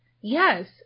yes